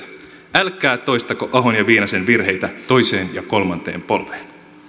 älkää toistako ahon ja viinasen virheitä toiseen ja kolmanteen polveen